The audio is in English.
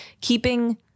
Keeping